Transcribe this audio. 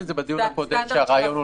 נכון.